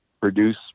produce